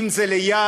אם זה ליד,